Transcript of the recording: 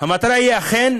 היא אכן